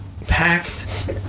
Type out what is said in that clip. packed